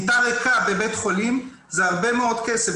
מיטה ריקה בבית חולים זה הרבה מאוד כסף,